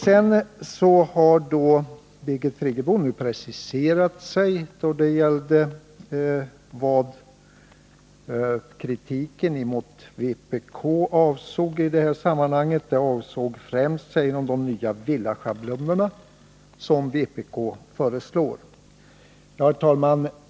Birgit Friggebo har nu preciserat sin kritik mot vpk. Kritiken avsåg främst, säger hon, de nya villaschablonerna som vpk föreslår.